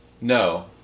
No